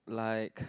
like